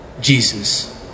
Jesus